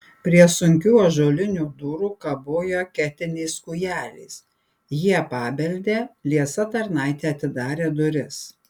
prie sunkių ąžuolinių durų kabojo ketinis kūjelis jie pabeldė liesa tarnaitė atidarė duris